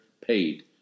paid